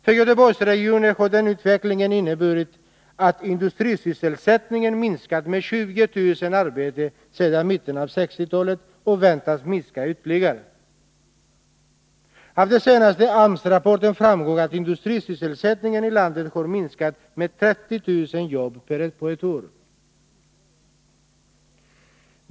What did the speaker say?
För Göteborgsregionen har den utvecklingen inneburit att industrisysselsättningen minskat med 20000 arbeten sedan mitten av 1960-talet, och den väntas minska ytterligare. Av den senaste AMS rapporten framgår att industrisysselsättningen i landet har minskat med 30 000 jobb på ett år.